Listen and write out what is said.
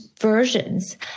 versions